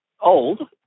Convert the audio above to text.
old